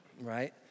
Right